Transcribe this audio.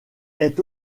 est